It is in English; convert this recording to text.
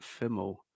Fimmel